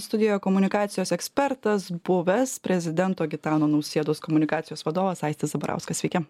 studijoje komunikacijos ekspertas buvęs prezidento gitano nausėdos komunikacijos vadovas aistis zabarauskas sveiki